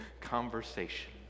conversation